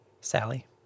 Sally